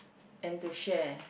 and to share